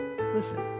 Listen